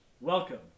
welcome